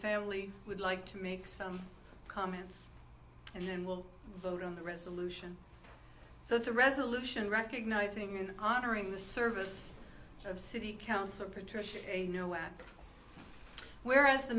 family would like to make some comments and then we'll vote on the resolution so it's a resolution recognizing and honoring the service of city council patricia you nowhere whereas the